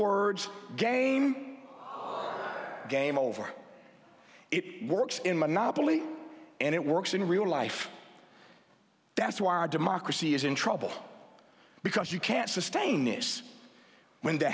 words game game over it works in monopoly and it works in real life that's why our democracy is in trouble because you can't sustain this w